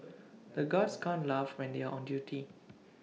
the guards can't laugh when they are on duty